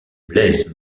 blaise